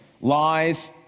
lies